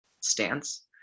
stance